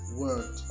word